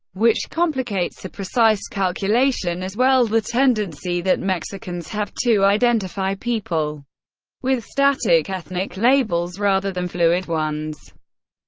which complicates a precise calculation as well the tendency that mexicans have to identify people with static ethnic labels rather than fluid ones.